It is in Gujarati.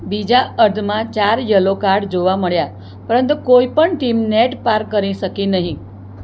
બીજા અર્ધમાં ચાર યલો કાર્ડ જોવા મળ્યાં પરંતુ કોઈ પણ ટીમ નેટ પાર કરી શકી નહીં